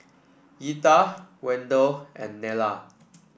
Etha Wendell and Nella